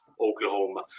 Oklahoma